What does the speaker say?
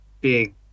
big